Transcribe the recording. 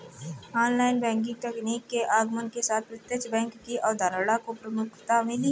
online banking तकनीक के आगमन के साथ प्रत्यक्ष बैंक की अवधारणा को प्रमुखता मिली